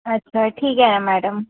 अच्छा ठीक आहे ना मॅडम